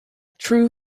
true